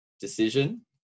decision